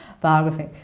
biography